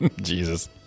Jesus